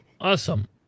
Awesome